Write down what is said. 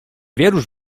wierusz